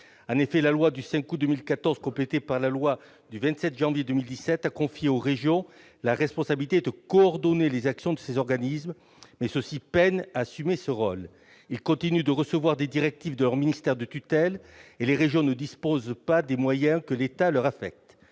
... La loi 5 mars 2014, complétée par la loi du 27 janvier 2017, a confié aux régions la responsabilité de coordonner les actions de ces organismes, mais elles peinent à assurer ce rôle. Ces organismes continuent de recevoir des directives de leur ministère de tutelle, et les régions ne disposent pas des moyens que l'État leur affecte.